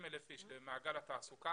כ-20,000 אנשים למעגל התעסוקה,